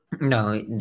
No